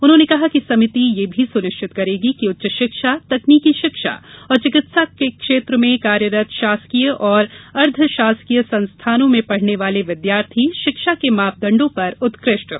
उन्होंने कहा कि समिति यह भी सुनिश्चित करेगी की उच्च शिक्षा तकनीकी शिक्षा और चिकित्सा क्षेत्र में कार्यरत शासकीय और अर्धशासकीय संस्थाओं में पढ़ने वाले विद्यार्थी शिक्षा के मापदंडों पर उत्कृष्ट हो